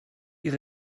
ihre